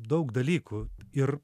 daug dalykų ir